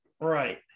Right